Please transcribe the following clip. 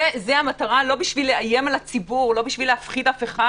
זו המטרה לא כדי לאיים על הציבור או להפחיד אף אחד